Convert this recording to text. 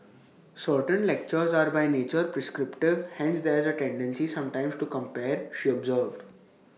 certain lectures are by nature prescriptive hence there's A tendency sometimes to compare she observed